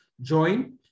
join